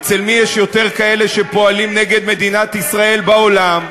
אצל מי יש יותר כאלה שפועלים נגד מדינת ישראל בעולם,